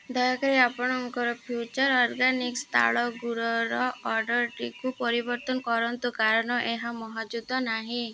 ଦୟାକରି ଆପଣଙ୍କର Future Organics ତାଳ ଗୁଡ଼ର ଅର୍ଡ଼ର୍ଟିକୁ ପରିବର୍ତ୍ତନ କରନ୍ତୁ କାରଣ ଏହା ମହଜୁଦ ନାହିଁ